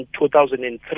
2003